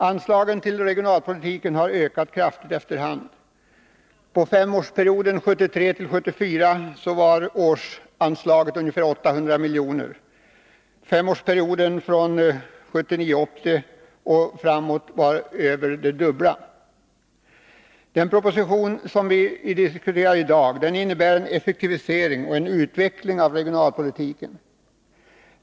Anslagen till regionalpolitiken har ökat kraftigt efter hand. För femårsperioden 1973-1974 var årsanslaget ungefär 800 milj.kr. För femårsperioden från 1979-1980 och framåt var anslaget mer än det dubbla. Den proposition som vi i dag diskuterar innebär en effektivisering och en utveckling av regionalpolitiken.